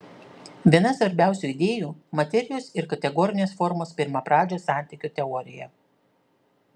viena svarbiausių idėjų materijos ir kategorinės formos pirmapradžio santykio teorija